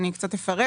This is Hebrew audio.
ואני אפרט.